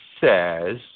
says